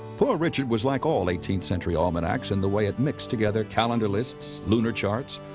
poor richard was like all eighteenth century almanacs in the way it mixed together calendar lists, lunar charts,